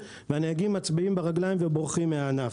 שמצביעים ברגליים ובורחים מן הענף.